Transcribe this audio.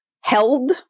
held